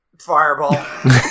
Fireball